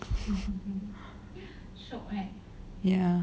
ya